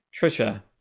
trisha